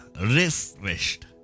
refreshed